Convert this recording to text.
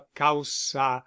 causa